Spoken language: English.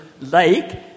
lake